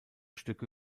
stücke